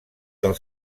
del